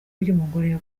ry’umugore